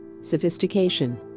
Sophistication